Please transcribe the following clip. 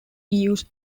use